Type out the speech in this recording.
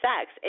sex